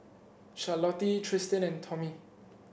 Charlottie Tristin and Tommie